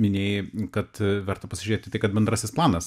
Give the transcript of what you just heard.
minėjai kad verta pasižiūrėti į tai kad bendrasis planas